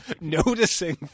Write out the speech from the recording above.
noticing